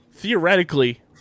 Theoretically